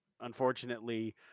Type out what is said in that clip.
unfortunately